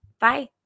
Bye